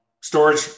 storage